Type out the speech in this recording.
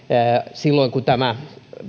silloin kun tämä